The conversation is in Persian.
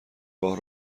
راه